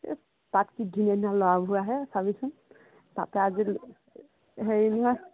এহ্ তাত কি ধুনীয়া ধুনীয়া ল'ৰাবোৰ আহে চাবিচোন তাতে আজি হেৰি নহয়